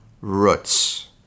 roots